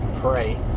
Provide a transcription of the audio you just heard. pray